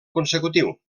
consecutiu